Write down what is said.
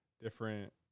different